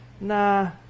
Nah